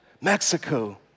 Mexico